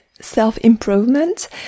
self-improvement